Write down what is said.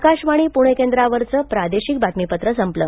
आकाशवाणी पुणे केंद्रावरचं प्रादेशिक बातमीपत्र संपलं